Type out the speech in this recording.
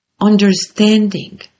understanding